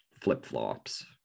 flip-flops